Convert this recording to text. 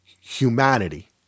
humanity